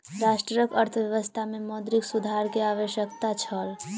राष्ट्रक अर्थव्यवस्था में मौद्रिक सुधार के आवश्यकता छल